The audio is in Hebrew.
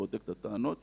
בודק את הטענות שלו,